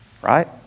right